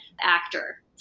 actor